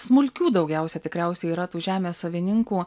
smulkių daugiausia tikriausiai yra tų žemės savininkų